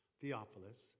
Theophilus